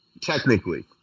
technically